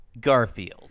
Garfield